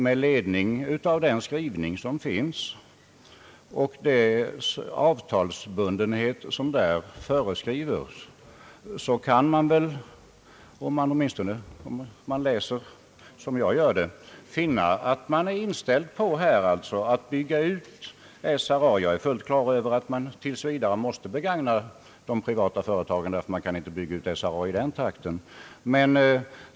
Med ledning av den skrivning som finns och den avtalsbundenhet som där föreskrivs kan man väl — åtminstone om man läser det så som jag gör — finna att tanken är att bygga ut SRA. Jag är fullt på det klara med att man tills vidare måste anlita de privata företagen, ty man kan inte bygga ut SBA i den takten.